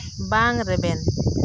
ᱵᱟᱝ ᱨᱮᱵᱮᱱ